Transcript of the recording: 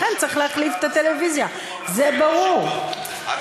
שראש הממשלה נסע לביקור ממלכתי,